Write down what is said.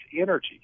energy